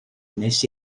wnes